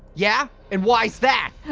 yeah, and why's that?